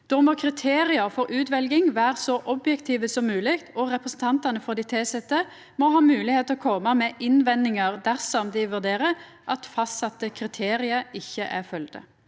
Då må kriteria for utveljing vera så objektive som mogleg, og representantane for dei tilsette må ha moglegheit til å koma med innvendingar dersom dei vurderer at fastsette kriterium ikkje er følgde.